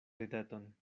rideton